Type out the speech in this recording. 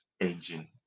engine